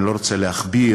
אני לא רוצה להכביר,